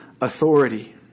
authority